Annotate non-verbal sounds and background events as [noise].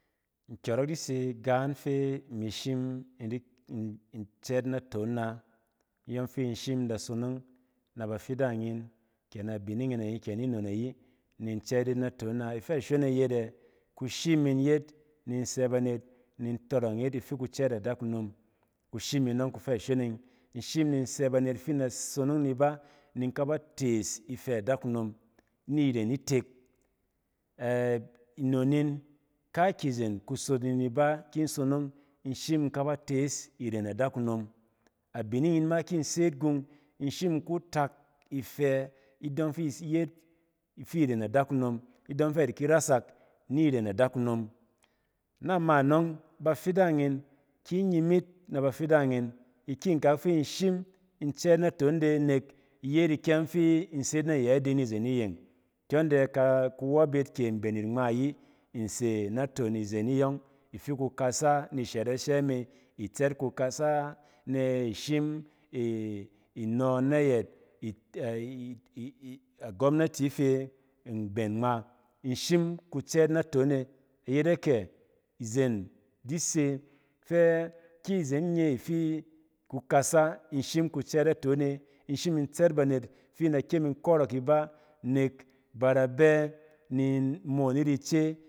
Nkyɔrɔk di se dof fi in shim ni cɛɛt naton na nyɔng fi in shini ni da sonong nɛ bafidang yin ke ne abinining yin, ke ni non ayi in da cɛɛt yit naon na, ife ashon e yet, kushim yet ne in se banet ni in tɔrɔng yit azatou kucɛɛt adakunon, kushim yin yɔng kufɛ ashon e, in shin in se banet fi in da sonong ni iba nin kaba tees ifa adakunon ni iren itek ɛ nnon yin kaakyi izen kusot ni i a ki in sonong in shim in kaba tees iren adakunom, abinining ma ki se yit gun in shin in kutak ifɛ idɔng fi iyet ifi iren adakunon, idɔng fɛ a di ki rasak ni iren adakumon nama anɔng bafidang yin, ki in nyim yit ne bafidang yin ikyinkak fi in shim in cɛɛt naton e nek iye ikyɛng fi in se yit naton e nizen iyeng kyɔng ti kuwɔp yit ki mben e ngma ayi nse ayet izen e yɔng fi ku kasa in nshereshe me itsat kukasa inɔ ne yet [hesitation] agomnati afi mben ngma, in shim kucɛɛt naton e nyet akya izen di se fi ki izen nye ifi kukasa in shim kucɛɛt naton e, in shim in tsɛt banet fi in da kɔrɔk iba, ba da nɛ ni moon yit ice.